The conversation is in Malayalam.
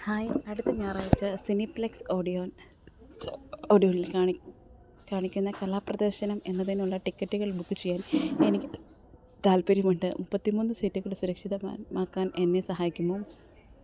ഹായ് അടുത്ത ഞായറാഴ്ച സിനിപ്ലെക്സ് ഓഡിയോൻ ഓഡിയോയിൽ കാണി കാണിക്കുന്ന കലാപ്രദർശനം എന്നതിനുള്ള ടിക്കറ്റുകൾ ബുക്ക് ചെയ്യാൻ എനിക്ക് താൽപ്പര്യമുണ്ട് മുപ്പത്തി മൂന്ന് സീറ്റുകൾ സുരക്ഷിതമാ മാക്കാൻ എന്നെ സഹായിക്കുമോ